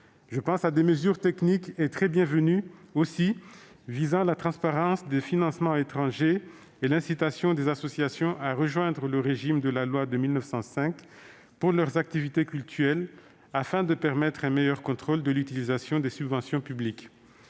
à certaines mesures techniques particulièrement bienvenues visant la transparence des financements étrangers et l'incitation des associations à rejoindre le régime de la loi de 1905 pour leurs activités cultuelles, afin de permettre un meilleur contrôle de l'utilisation des subventions publiques.